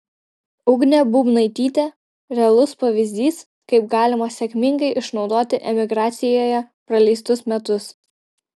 ugnė bubnaitytė realus pavyzdys kaip galima sėkmingai išnaudoti emigracijoje praleistus metus